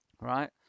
right